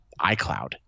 iCloud